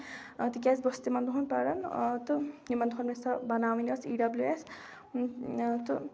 تِکیازِ بہٕ ٲسٕس تِمن دۄہن پَران تہٕ یِمن دۄہن یہِ مےٚ بَناوٕنۍ ٲسۍ ای ڈبلیو ایس تہٕ